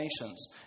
nations